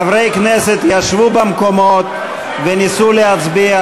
חברי כנסת ישבו במקומות וניסו להצביע,